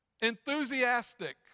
enthusiastic